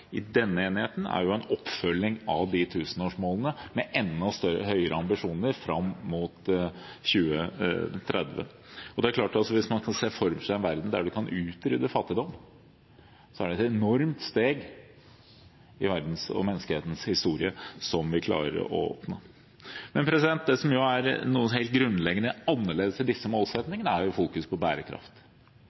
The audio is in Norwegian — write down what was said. i denne enigheten, er en oppfølging av tusenårsmålene, men med enda større ambisjoner fram mot 2030. Det er klart at hvis man kan se for seg en verden der man kan utrydde fattigdom, er det et enormt steg vi i verdens og menneskehetens historie kan klare å ta. Det som er helt grunnleggende annerledes ved disse målsettingene, er fokus på bærekraft.